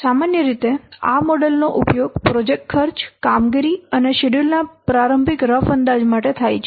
સામાન્ય રીતે આ મોડેલનો ઉપયોગ પ્રોજેક્ટ ખર્ચ કામગીરી અને શેડ્યૂલના પ્રારંભિક રફ અંદાજ માટે થાય છે